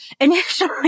initially